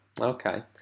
Okay